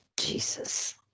Jesus